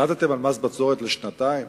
החלטתם על מס בצורת לשנתיים?